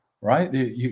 Right